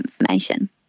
information